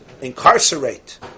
incarcerate